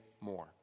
more